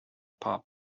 pop